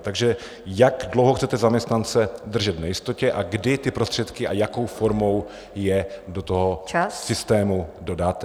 Takže jak dlouho chcete zaměstnance držet v nejistotě a kdy ty prostředky a jakou formou je do toho systému dodáte.